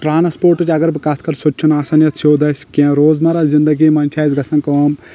ٹرانسپورتٕچ اگر بہٕ کتھ کرٕ سُہ تہِ چھُنہٕ آسان یتھ سیوٚد اسہِ کینٛہہ روزمرہ زندگی منٛز چھِ اسہِ گژھان کٲم